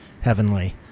heavenly